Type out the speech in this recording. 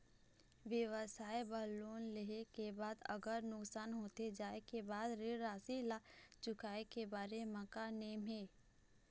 व्यवसाय बर लोन ले के बाद अगर नुकसान होथे जाय के बाद ऋण राशि ला चुकाए के बारे म का नेम हे?